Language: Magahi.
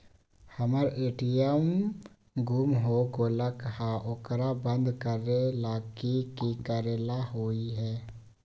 हमर ए.टी.एम गुम हो गेलक ह ओकरा बंद करेला कि कि करेला होई है?